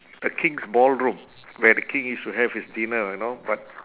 the king's ballroom where the king is to have his dinner you know but